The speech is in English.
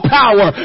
power